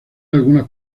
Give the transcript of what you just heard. algunas